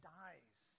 dies